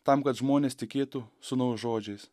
tam kad žmonės tikėtų sūnaus žodžiais